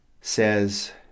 says